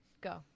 go